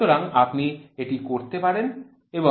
সুতরাং আপনি এটি করতে পারেন এবং বোঝার চেষ্টা করতে পারেন